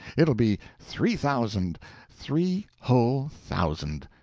it'll be three thousand three whole thousand!